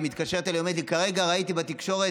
והיא מתקשרת אליי ואומרת לי: כרגע ראיתי בתקשורת